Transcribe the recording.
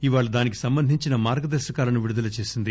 ఇవాళ దానికి సంబంధించిన మార్గదర్భకాలను విడుదల చేసింది